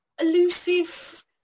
elusive